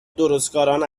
درستکاران